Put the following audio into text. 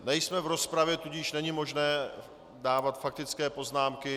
Nejsme v rozpravě, tudíž není možné dávat faktické poznámky.